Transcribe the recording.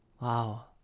Wow